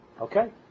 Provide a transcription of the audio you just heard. Okay